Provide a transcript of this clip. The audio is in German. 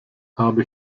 habe